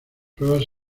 pruebas